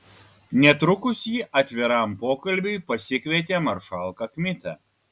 netrukus ji atviram pokalbiui pasikvietė maršalką kmitą